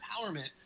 empowerment